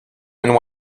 and